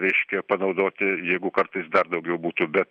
reiškia panaudoti jeigu kartais dar daugiau būtų bet